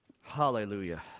Hallelujah